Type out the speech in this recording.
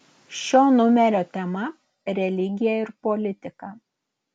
šio numerio tema religija ir politika